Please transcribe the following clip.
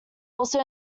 also